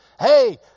Hey